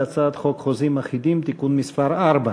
הצעת חוק החוזים האחידים (תיקון מס' 4),